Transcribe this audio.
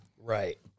Right